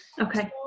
Okay